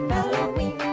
Halloween